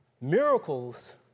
miracles